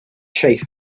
chief